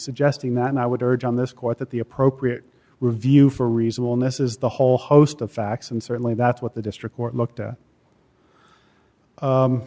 suggesting that and i would urge on this court that the appropriate review for reasonable ness is the whole host of facts and certainly that's what the district court looked at